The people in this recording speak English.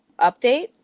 update